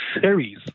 series